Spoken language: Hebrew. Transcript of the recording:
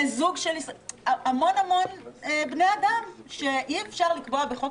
המון בני אדם שאי-אפשר לקבוע בחוק